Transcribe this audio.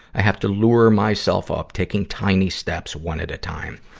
i have to lure myself up, taking tiny steps one at a time.